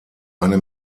eine